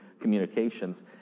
communications